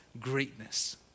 greatness